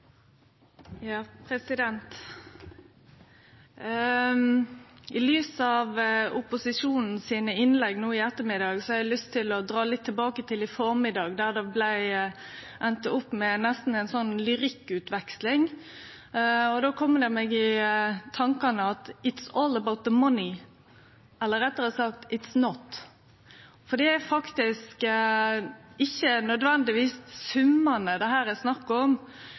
I lys av opposisjonen sine innlegg no i ettermiddag har eg lyst til å gå litt tilbake til i formiddag, då det enda opp med nesten ei slags lyrikkutveksling. Då fekk eg i tankane at «it’s all about the money» – eller rettare sagt: «it’s not». For det er faktisk ikkje nødvendigvis summane det her er snakk om.